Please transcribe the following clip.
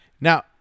Now